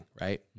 right